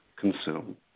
consume